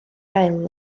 ail